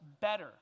better